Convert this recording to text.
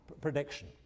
prediction